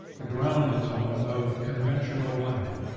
the ground-tone of conventional life.